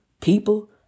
people